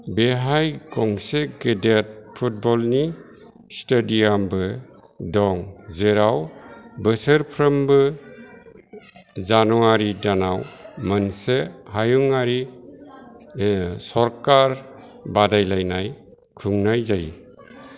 बेहाय गंसे गेदेर फुटबल नि स्टेडियाम बो दं जेराव बोसोरफ्रोमबो जानुवारि दानाव मोनसे हायुङारि सरकार बादायलायनाय खुंनाय जायो